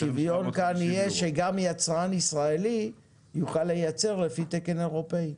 השוויון כאן יהיה שגם יצרן ישראלי יוכל לייצר לפי תקן אירופאי.